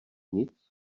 nic